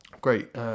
great